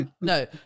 No